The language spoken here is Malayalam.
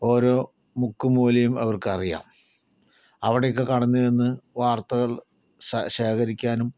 ഓരോ മുക്കും മൂലയും അവർക്കറിയാം അവിടെയൊക്കെ കടന്നുചെന്ന് വാർത്തകൾ സ ശേഖരിക്കാനും